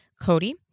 Cody